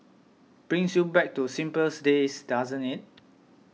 brings you back to simpler days doesn't it